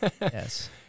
Yes